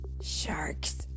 Sharks